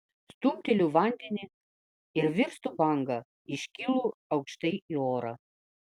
stumteliu vandenį ir virstu banga iškylu aukštai į orą